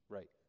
Right